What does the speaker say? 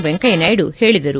ವೆಂಕಯ್ಯ ನಾಯ್ಡು ಹೇಳಿದರು